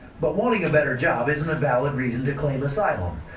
but wanting a better job isn't a valid reason to claim asylum.